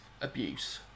abuse